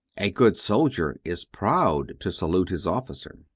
a good soldier is proud to salute his officer.